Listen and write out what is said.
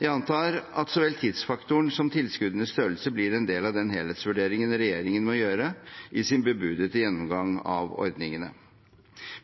Jeg antar at så vel tidsfaktoren som tilskuddenes størrelse blir en del av den helhetsvurderingen regjeringen må gjøre i sin bebudede gjennomgang av ordningene.